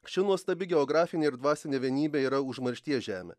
ši nuostabi geografinė ir dvasinė vienybė yra užmaršties žemė